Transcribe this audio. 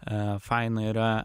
faina yra